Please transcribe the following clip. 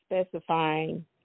Specifying